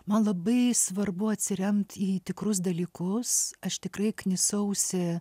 man labai svarbu atsiremti į tikrus dalykus aš tikrai knisausi